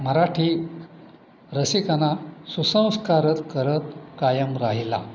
मराठी रसिकांना सुसंस्कारित करत कायम राहिला